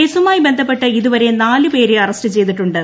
കേസുമായി ബന്ധപ്പെട്ട് ഇതുവരെ നാല് പേരെ അറസ്റ്റ് ചെയ്തിട്ടുണ്ട്